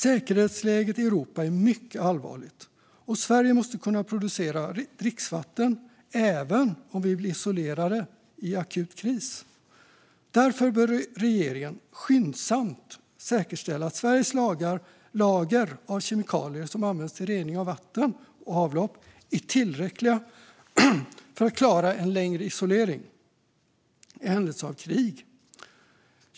Säkerhetsläget i Europa är mycket allvarligt, och Sverige måste kunna producera dricksvatten även om vi blir isolerade vid en akut kris. Därför bör regeringen skyndsamt säkerställa att Sveriges lager av kemikalier som används till rening av vatten och avlopp är tillräckliga för att klara en längre isolering i händelse av krig.